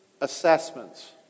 assessments